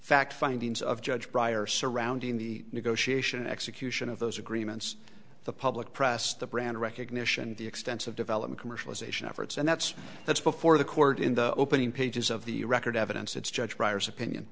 fact findings of judge bryer surrounding the negotiation execution of those agreements the public press the brand recognition the extensive development commercialization efforts and that's that's before the court in the opening pages of the record evidence it's judge writer's opinion